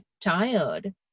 tired